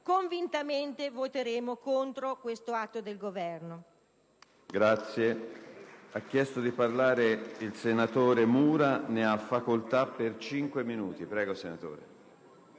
convintamente, voteremo contro questo atto del Governo.